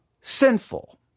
sinful